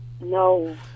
No